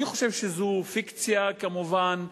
אני חושב שזאת כמובן פיקציה.